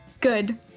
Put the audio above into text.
good